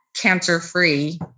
cancer-free